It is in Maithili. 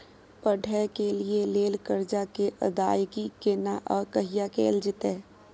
पढै के लिए लेल कर्जा के अदायगी केना आ कहिया कैल जेतै?